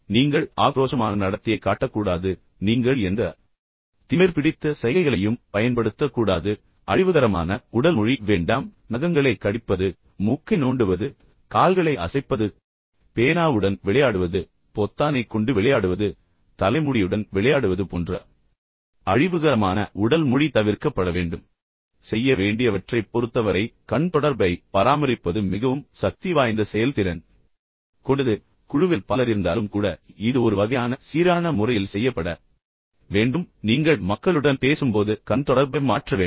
நீங்கள் ஆக்ரோஷமான நடத்தையைக் காட்டக்கூடாது நீங்கள் எந்த திமிர்பிடித்த சைகைகளையும் பயன்படுத்தக்கூடாது அழிவுகரமான உடல் மொழி வேண்டாம் நகங்களைக் கடிப்பது மூக்கை நோண்டுவது கால்களை அசைப்பது அல்லது பேனாவுடன் விளையாடுவது பொத்தானைக் கொண்டு விளையாடுவது தலைமுடியுடன் விளையாடுவது போன்ற அழிவுகரமான உடல் மொழி தவிர்க்கப்படவேண்டும் செய்ய வேண்டியவற்றைப் பொறுத்தவரை கண் தொடர்பைப் பராமரிப்பது மிகவும் சக்திவாய்ந்த செயல்திறன் கொண்டது குழுவில் பலர் இருந்தாலும் கூட இது ஒரு வகையான சீரான முறையில் செய்யப்பட வேண்டும் குறிப்பாக நீங்கள் மக்களுடன் பேசும்போது கண் தொடர்பை மாற்ற வேண்டும்